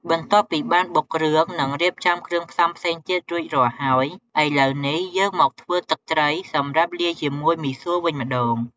បន្ទាប់ពីបានបុកគ្រឿង និងរៀបចំគ្រឿងផ្សំផ្សេងទៀតរួចរាល់ហើយ ឥឡូវនេះ យើងមកធ្វើទឹកត្រីសម្រាប់លាយជាមួយមីសួរវិញម្ដង។